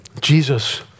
Jesus